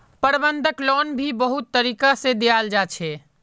बंधक लोन भी बहुत तरीका से दियाल जा छे